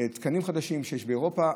תקנים חדשים שיש באירופה.